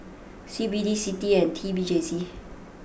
C B D Citi and T P J C